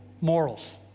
morals